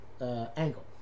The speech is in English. angle